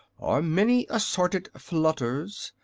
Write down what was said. are many assorted flutters.